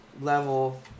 level